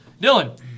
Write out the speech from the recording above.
Dylan